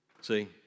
see